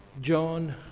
John